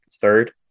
third